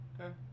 Okay